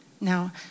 Now